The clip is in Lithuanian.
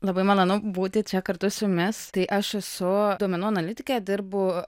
labai malonu būti čia kartu su jumis tai aš esu duomenų analitikė dirbu